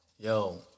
Yo